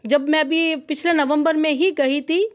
जब मैं अभी पिछले नवम्बर में ही गई थी